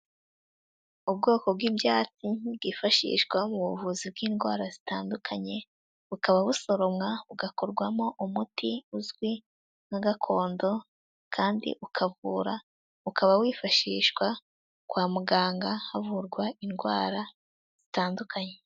Ubwoko bw'ibyatsi bwifashishwa mu buvuzi bw'indwara zitandukanye, bukaba busoromwa bugakorwamo umuti uzwi nka gakondo kandi ukavura ukaba wifashishwa kwa muganga havurwa indwara zitandukanye.